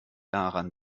daran